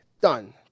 done